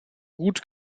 gut